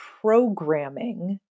programming